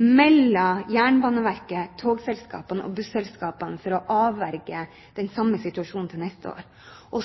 mellom Jernbaneverket, togselskapene og bussselskapene for å avverge den samme situasjonen til neste år.